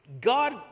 God